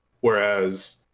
Whereas